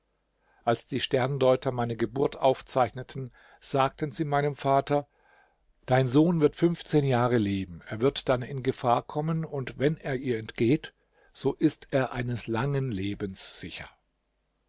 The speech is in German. als die sterndeuter meine geburt aufzeichneten sagten sie meinem vater dein sohn wird fünfzehn jahre leben er wird dann in gefahr kommen und wenn er ihr entgeht so ist er eines langen lebens sicher